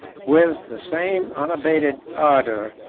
with the same unabated ardor,